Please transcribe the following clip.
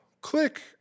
click